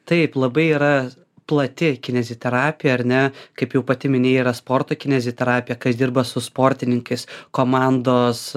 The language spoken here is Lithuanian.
taip labai yra plati kineziterapija ar ne kaip jau pati minėjai yra sporto kineziterapija kas dirba su sportininkais komandos